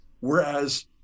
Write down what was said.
Whereas